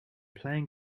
playing